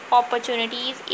opportunities